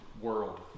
world